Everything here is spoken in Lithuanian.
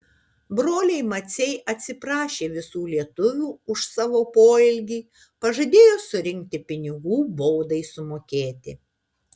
broliai maciai atsiprašė visų lietuvių už savo poelgį pažadėjo surinkti pinigų baudai sumokėti